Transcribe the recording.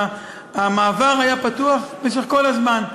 המעבר היה פתוח כל הזמן.